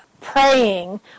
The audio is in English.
praying